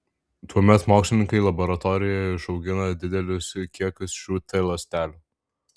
tuomet mokslininkai laboratorijoje išaugina didelius kiekius šių t ląstelių